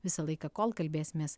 visą laiką kol kalbėsimės